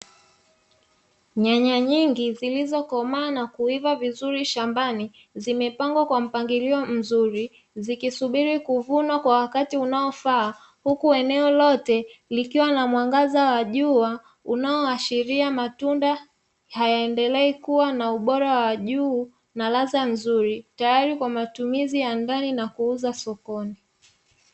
Nyanya nyingi zilizokomaa na kuiva vizuri shambani zimepangwa kwa mpangilio mzuri zikisubiri kuvunwa kwa wakati unaofaa huku eneo lote, likiwa na mwangaza wa jua unaoashiria matunda hayaendelei kuwa na ubora wa juu na ladha nzuri tayari kwa matumizi ya ndani na kuuza sokoni.